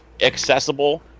accessible